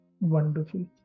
Wonderful